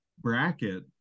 bracket